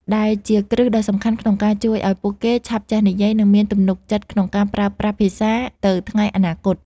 ដែលជាគ្រឹះដ៏សំខាន់ក្នុងការជួយឱ្យពួកគេឆាប់ចេះនិយាយ និងមានទំនុកចិត្តក្នុងការប្រើប្រាស់ភាសាទៅថ្ងៃអនាគត។